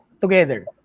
Together